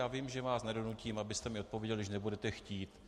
Já vím, že vás nedonutím, abyste mi odpověděl, když nebudete chtít.